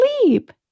sleep